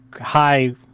high